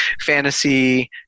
fantasy